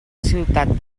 ciutat